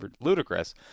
ludicrous